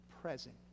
present